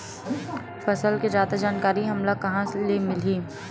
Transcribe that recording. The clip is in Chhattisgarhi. फसल के जादा जानकारी हमला कहां ले मिलही?